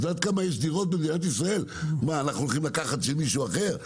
מה, אנחנו הולכים לקחת של מישהו אחר?